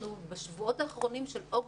בשבועות האחרונים של אוגוסט,